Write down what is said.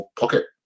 pocket